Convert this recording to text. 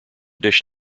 dish